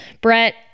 Brett